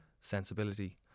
sensibility